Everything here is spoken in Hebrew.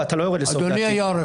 אדוני היושב-ראש,